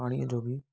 पाणीअ जो बि